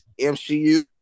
MCU